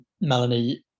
Melanie